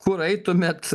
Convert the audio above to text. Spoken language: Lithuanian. kur eitumėt